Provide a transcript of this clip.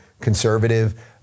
conservative